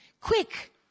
Quick